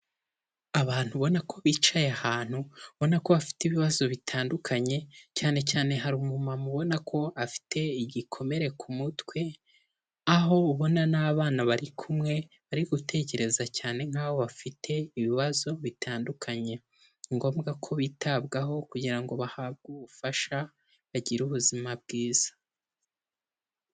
Abantu ubona ko bicaye ahantu ubona ko bafite ibibazo bitandukanye, cyanecyane hari umuntu ubona ko afite igikomere ku mutwe, aho ubona n'abana bari kumwe bari gutekereza cyane nk'aho bafite ibibazo bitandukanye; ni ngombwa ko bitabwaho kugira ngo bahabwe ubufasha bagire ubuzima bwiza.